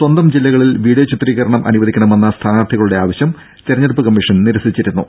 സ്വന്തം ജില്ലകളിൽ വീഡിയോ ചിത്രീകരണം അനുവദിക്കണമെന്ന സ്ഥാനാർഥികളുടെ ആവശ്യം തിരഞ്ഞെടുപ്പ് കമ്മിഷൻ നിരസിച്ചിരുന്നു